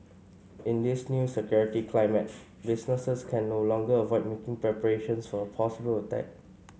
in this new security climate businesses can no longer avoid making preparations for a possible attack